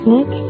Nick